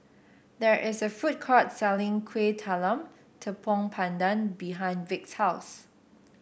there is a food court selling Kuih Talam Tepong Pandan behind Vic's house